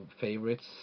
favorites